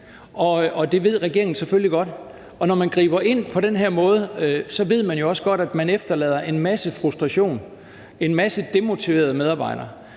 det ved regeringen selvfølgelig godt. Når man griber ind på den her måde, ved man jo også godt, at man efterlader en masse frustration, en mase demotiverede medarbejdere.